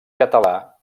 català